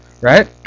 right